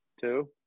Two